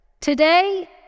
Today